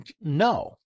No